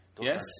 Yes